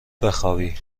بخوابی